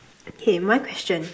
okay my question